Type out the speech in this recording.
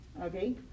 okay